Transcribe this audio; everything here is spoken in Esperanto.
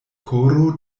koro